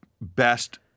best